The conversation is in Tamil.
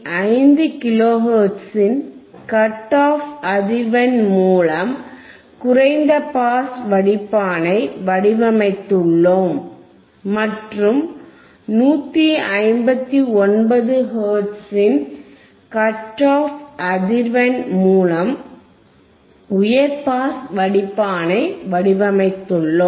5 கிலோ ஹெர்ட்ஸின் கட் ஆஃப் அதிர்வெண் மூலம் குறைந்த பாஸ் வடிப்பானை வடிவமைத்துள்ளோம் மற்றும் 159 ஹெர்ட்ஸின் கட் ஆஃப் அதிர்வெண் மூலம் உயர் பாஸ் வடிப்பானை வடிவமைத்துள்ளோம்